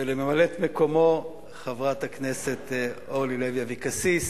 ולממלאת-מקומו חברת הכנסת אורלי לוי אבקסיס,